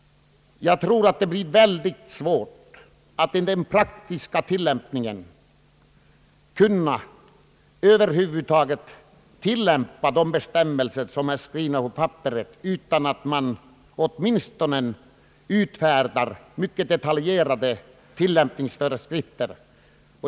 Jag tror att det blir mycket svårt att i den praktiska tillämpningen följa de bestämmelser, som är skrivna, utan att det åtminstone utfärdas mycket detaljerade tillämpningsföreskrifter.